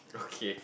okay